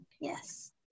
Yes